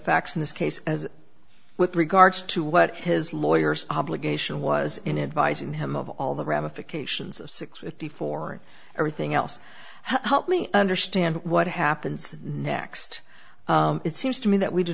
facts in this case as with regards to what his lawyers obligation was in advising him of all the ramifications of six fifty four and everything else how me understand what happens next it seems to me that we d